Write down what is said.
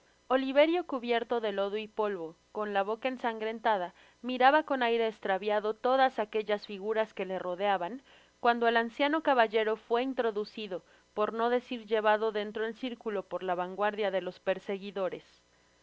oliverio cubierto de lodo y polvo con la boca ensangrentada miraba con aire estraviado todas aquellas figuras que le rodeaban cuando el anciano caballero fué introducido por no decir llevado dentro el circulo por la vanguardia de los perseguidores